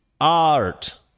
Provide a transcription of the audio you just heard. Art